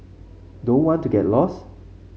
don't want to get lost